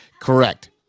correct